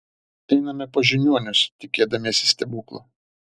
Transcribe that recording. einame pas žiniuonius tikėdamiesi stebuklo